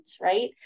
Right